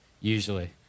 usually